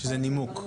שזה נימוק.